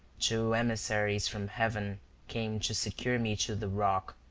two emissaries from heaven came to secure me to the rock,